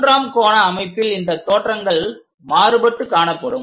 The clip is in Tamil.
மூன்றாம் கோண அமைப்பில் இந்த தோற்றங்கள் மாறுபட்டு காணப்படும்